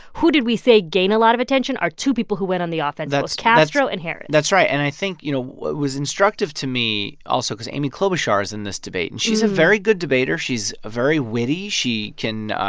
who did we say gained a lot of attention are two people who went on the offensive. it was castro and harris that's right. and i think, you know, what was instructive to me, also, cause amy klobuchar is in this debate, and she's a very good debater. she's very witty. she can,